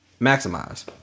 maximize